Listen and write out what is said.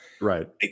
Right